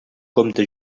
compte